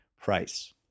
price